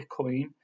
Bitcoin